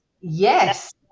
Yes